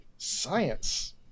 science